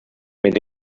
mit